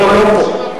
לא פה.